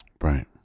right